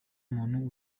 muntu